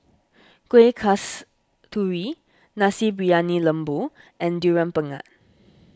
Kueh Kasturi Nasi Briyani Lembu and Durian Pengat